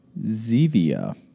Zevia